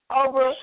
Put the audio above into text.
over